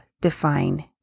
define